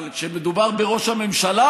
אבל כשמדובר בראש הממשלה,